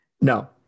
No